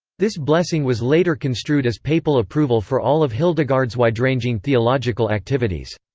this blessing was later construed as papal approval for all of hildegard's wide-ranging theological activities.